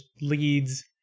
leads